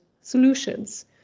solutions